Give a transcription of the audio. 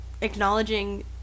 acknowledging